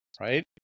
right